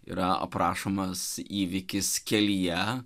yra aprašomas įvykis kelyje